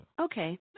okay